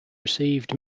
received